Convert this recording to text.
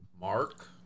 Mark